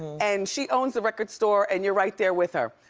and she owns the record store and you're right there with her.